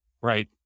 right